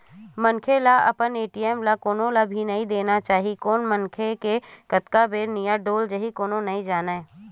मनखे ल अपन ए.टी.एम ल कोनो ल भी नइ देना चाही कोन मनखे के कतका बेर नियत डोल जाही कोनो नइ जानय